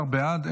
12 בעד,